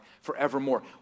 forevermore